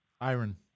Iron